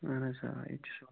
آہَن حظ آ ییٚتہِ چھُ سورُے